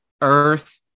Earth